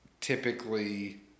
typically